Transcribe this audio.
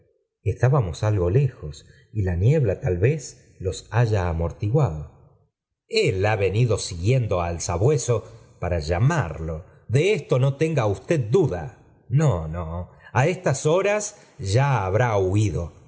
estábamos algo lejos y i haya amortiguado sai el ha venido siguiendo al sabueso para llamarlo de esto no tenga usted duda no no a estas horas ya habrá huido